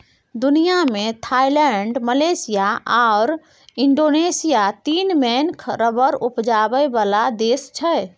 दुनियाँ मे Thailand, Malaysia आओर इंडोनेशिया तीन मेन रबर उपजाबै बला देश छै